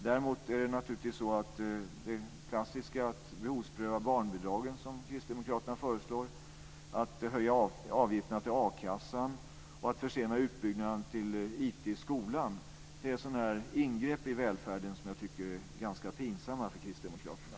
Däremot föreslår kristdemokraterna naturligtvis det klassiska att behovspröva barnbidragen, att höja avgifterna till a-kassan och att försena utbyggnaden av IT i skolan. Det är sådana ingrepp i välfärden som jag tycker är ganska pinsamma för kristdemokraterna.